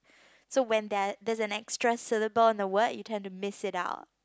so when there there's an extra syllable in the word you tend to miss it out